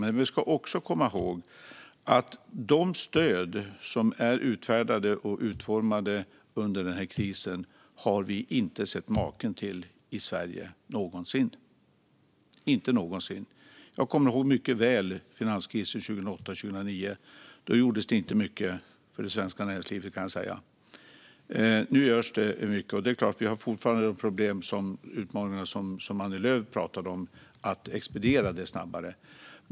Men vi ska också komma ihåg detta: De stöd som är utfärdade och utformade under den här krisen har vi inte sett maken till i Sverige någonsin - inte någonsin. Jag kommer mycket väl ihåg finanskrisen 2008 och 2009. Då gjordes det inte mycket för det svenska näringslivet, kan jag säga. Nu görs det mycket. Det är klart att vi fortfarande har de utmaningar som Annie Lööf pratade om. Det handlar om att expediera detta snabbare.